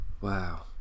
Wow